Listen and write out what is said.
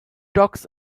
dogs